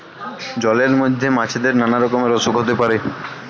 জলের মধ্যে মাছেদের নানা রকমের অসুখ হতে পারে